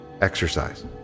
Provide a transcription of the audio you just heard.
exercise